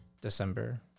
december